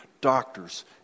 Doctors